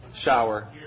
Shower